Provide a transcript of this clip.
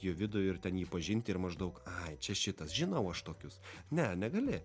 jų vidų ir ten jį pažinti ir maždaug ai čia šitas žinau aš tokius ne negali